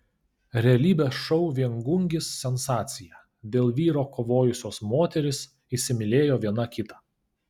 realybės šou viengungis sensacija dėl vyro kovojusios moterys įsimylėjo viena kitą